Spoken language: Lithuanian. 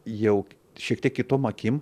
jau šiek tiek kitom akim